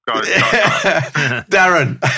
Darren